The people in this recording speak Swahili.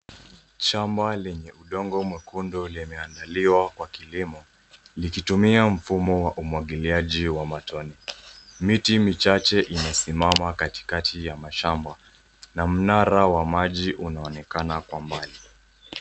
Shamba lenye udongo mwekundu limeandaliwa kwa kilimo likitumia mfumo wa umwagiliaji wa matone. Miti michache inasimama katikati ya mashamba na mnara wa maji unaonekana kwa mbali.